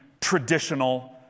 traditional